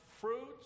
fruits